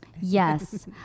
Yes